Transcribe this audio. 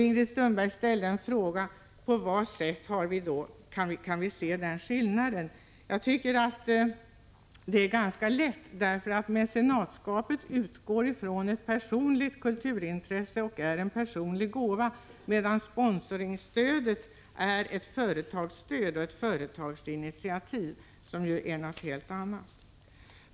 Ingrid Sundberg frågade på vilket sätt vi kan se denna skillnad. Jag tycker att det är ganska lätt, eftersom mecenatskapet utgår från ett personligt kulturintresse och resulterar i personliga gåvor, medan sponsringsstödet är ett företagsstöd och ett företagsinitiativ, alltså något helt annat än personliga gåvor.